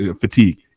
fatigue